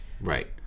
Right